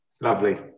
Lovely